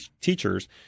teachers